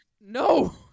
No